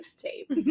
tape